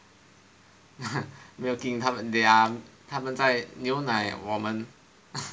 milking they are 他们在牛奶我们